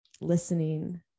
listening